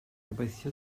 gobeithio